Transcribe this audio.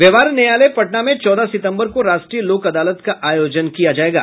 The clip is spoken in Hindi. व्यवहार न्यायालय पटना में चौदह सितंबर को राष्ट्रीय लोक अदालत का आयोजन किया जायेगा